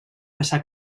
passar